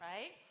Right